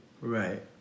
Right